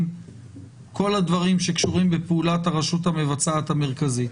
כל הדברים שקשורים בפעולת הרשות המבצעת המרכזית.